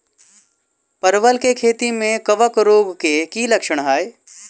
परवल केँ खेती मे कवक रोग केँ की लक्षण हाय?